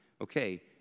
okay